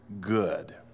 good